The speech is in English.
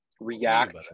react